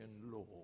law